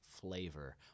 flavor